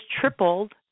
tripled